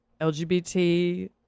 LGBT